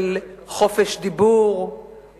של חופש דיבור,